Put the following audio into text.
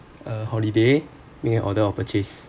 uh holiday making order or purchase